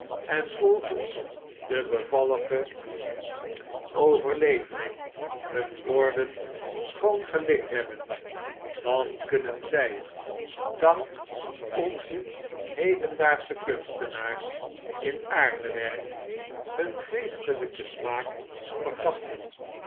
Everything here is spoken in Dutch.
en volgens de bevallige oyerlevering hun borden schoon gelikt hebben dan kunrien zy dank onze hedendaagsche kunstenaars in aardewerk hun geestelijken smaak vergasten